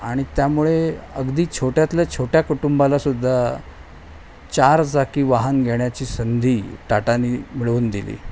आणि त्यामुळे अगदी छोट्यातल्या छोट्या कुटुंबालासुद्धा चार चाकी वाहन घेण्याची संधी टाटानी मिळवून दिली